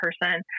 person